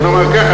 בוא נאמר ככה,